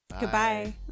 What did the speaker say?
Goodbye